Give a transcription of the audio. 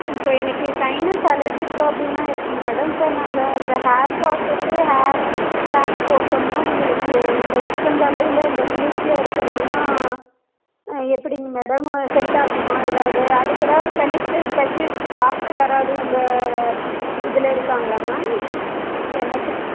இப்போ எனக்கு sinus allergy ப்ராப்ளமெல்லாம் இருக்குது மேடம் இப்போ நாங்கள் இந்த ஹேர் பாத்துக்கு ஹேர் பேக் போட்டோம்னால் எங்களுக்கு இந்த உச்சந்தலையில் இந்த குளிர்ச்சியாக இருக்கிறதெல்லாம் ஆ எப்படிங்க மேடம் செட் ஆகுமா ஏதாவது அதுக்கு ஏதாவது சொல்யூஷன் ஸ்பெஷலிஸ்ட்டு டாக்ட்ர் யாரவது உங்கள் இதில் இருக்காங்களா மேம் எமெர்ஜென்சி